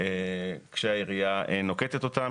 כשהעירייה נוקטת אותן.